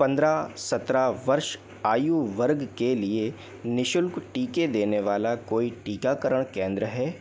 पन्द्रह सत्रह वर्ष आयु वर्ग के लिए नि शुल्क टीके देने वाला कोई टीकाकरण केंद्र है